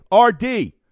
RD